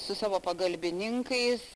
su savo pagalbininkais